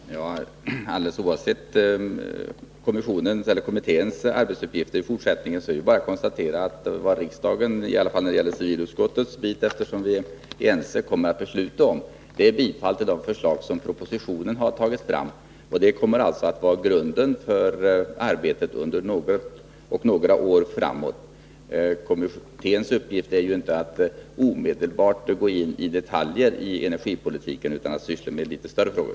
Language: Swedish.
Herr talman! Alldeles oavsett kommitténs fortsatta arbetsuppgifter är det bara att konstatera att det är klart vilket beslut riksdagen skall fatta, i varje fall i vad gäller civilutskottets del av detta ärende, eftersom utskottet är överens om att tillstyrka de förslag som framläggs i propositionen. Dessa kommer därmed att vara grunden för arbetet under några år framöver. Kommitténs uppgift är inte att omedelbart gå in i detaljer i energipolitiken, utan att syssla med litet större frågor.